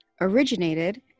originated